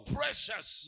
precious